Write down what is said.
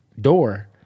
door